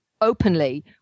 openly